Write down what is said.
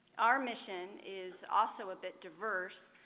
our mission is also a bit diverse,